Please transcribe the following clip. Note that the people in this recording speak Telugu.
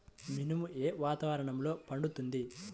మినుము ఏ వాతావరణంలో పండుతుంది?